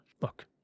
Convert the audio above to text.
Look